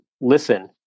listen